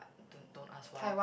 don't don't ask why